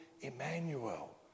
Emmanuel